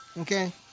Okay